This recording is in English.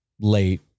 late